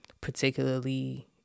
particularly